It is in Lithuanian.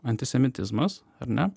antisemitizmas ar ne